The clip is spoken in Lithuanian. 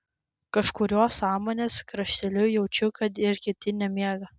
kažkuriuo sąmonės krašteliu jaučiu kad ir kiti nemiega